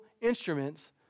instruments